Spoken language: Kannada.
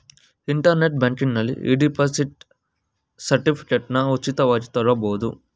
ಇಂಟರ್ನೆಟ್ ಬ್ಯಾಂಕಿಂಗ್ನಲ್ಲಿ ಇ ಡಿಪಾಸಿಟ್ ಸರ್ಟಿಫಿಕೇಟನ್ನ ಉಚಿತವಾಗಿ ತಗೊಬೋದು